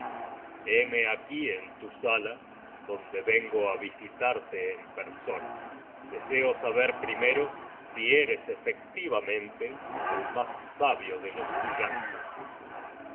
héme aquí entu sala donde vengo á visitarte en persona deseo saber primero si eres efectivamente el mas sabio de los gigantes